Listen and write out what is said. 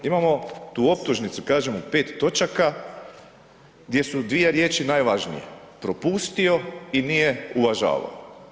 Imamo tu optužnicu, kažem u 5 točaka gdje su dvije riječi najvažnije „propustio“ i „nije uvažavao“